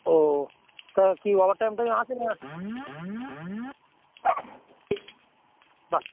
ও তা কি overtime time আছে না বাহ